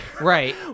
Right